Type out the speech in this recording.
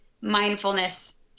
mindfulness